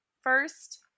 first